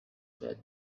said